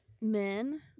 men